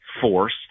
force